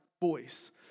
voice